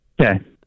Okay